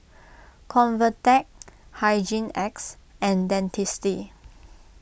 Convatec Hygin X and Dentiste